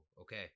okay